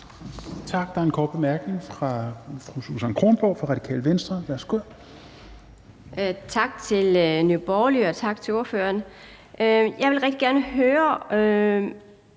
Tak. Der er en kort bemærkning fra fru Susan Kronborg fra Radikale Venstre. Værsgo. Kl. 17:00 Susan Kronborg (RV): Tak til Nye Borgerlige, og tak til ordføreren. Jeg vil rigtig gerne høre